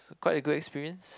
it's quite a good experience